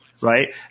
Right